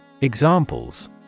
Examples